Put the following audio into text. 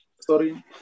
sorry